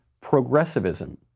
progressivism